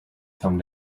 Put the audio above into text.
come